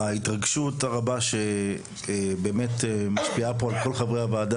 ההתרגשות הרבה שמשפיעה פה באמת על כל חברי הוועדה,